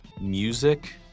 music